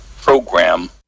program